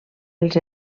els